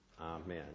Amen